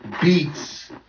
beats